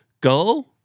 go